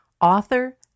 author